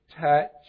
touch